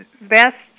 best